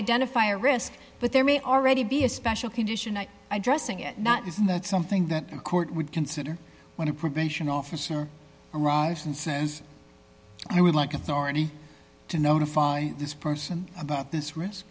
identify risk but there may already be a special condition addressing it not isn't that something that a court would consider when a probation officer arrives and says i would like authority to notify this person about this risk